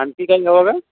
आणखी काही हवं का